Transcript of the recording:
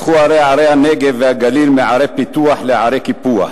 הפכו ערי הנגב והגליל מערי פיתוח לערי קיפוח.